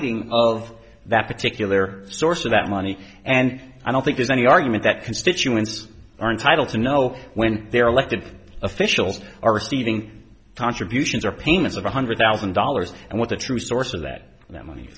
highlighting of that particular source of that money and i don't think there's any argument that constituents are entitled to know when their elected officials are receiving contributions or payments of one hundred thousand dollars and what the true source of that that